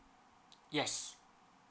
yes